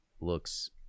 looks